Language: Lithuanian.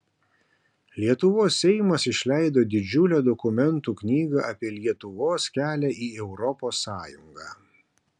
lietuvos seimas išleido didžiulę dokumentų knygą apie lietuvos kelią į europos sąjungą